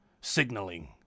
signaling